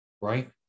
Right